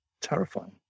terrifying